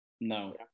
no